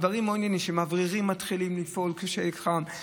מאווררים מתחילים לפעול כשחם,